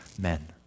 men